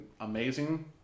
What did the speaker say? amazing